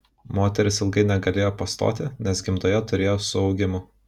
moteris ilgai negalėjo pastoti nes gimdoje turėjo suaugimų